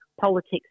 politics